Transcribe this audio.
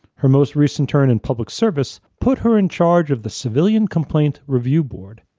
her most recent turn in public service put her in charge of the civilian complaint review board,